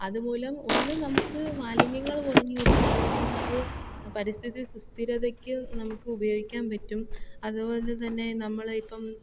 അതുമൂലം ഒന്നും നമുക്ക് മാലിന്യങ്ങൾ കുറഞ്ഞ് കിട്ടും അതുപോലെ തന്നെ അത് പരിസ്ഥിതി സുസ്ഥിരതയ്ക്ക് നമുക്ക് ഉപയോഗിക്കാൻ പറ്റും അതുപോലെ തന്നെ നമ്മൾ ഇപ്പം